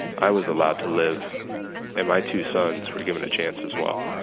i was allowed to live and my two sons were given a chance as well